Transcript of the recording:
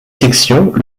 sections